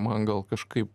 man gal kažkaip